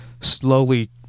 slowly